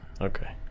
Okay